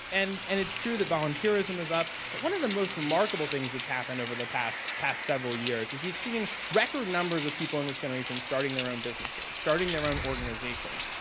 and and it's true that volunteerism is up, but one of the most remarkable things that's happened over the past past several years is you've seen record numbers of people in this generation starting their own businesses, starting their own organizations,